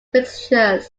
fixtures